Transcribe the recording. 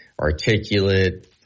articulate